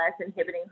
inhibiting